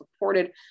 reported